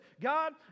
God